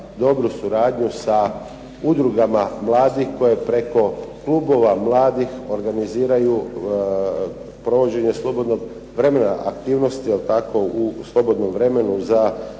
dobru suradnju sa udrugama mladih, koje preko klubova mladih organiziraju provođenje slobodnog vremena, aktivnosti jel tako u slobodnom vremenu za